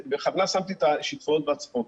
בכוונה שמתי את השיטפונות וההצפות.